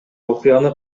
окуяны